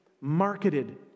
marketed